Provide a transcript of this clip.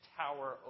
tower